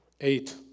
Eight